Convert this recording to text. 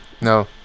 No